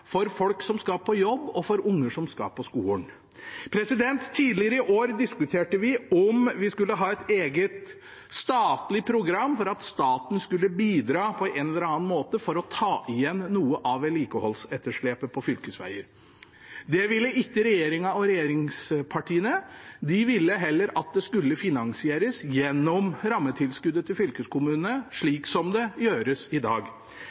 for folk som skal på jobb, og for unger som skal på skolen. Tidligere i år diskuterte vi om vi skulle ha et eget statlig program for at staten skulle bidra på en eller annen måte for å ta igjen noe av vedlikeholdsetterslepet på fylkesveier. Det ville ikke regjeringen og regjeringspartiene. De ville heller at det skulle finansieres gjennom rammetilskuddet til fylkeskommunene, slik som det gjøres i dag.